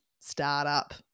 startup